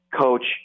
coach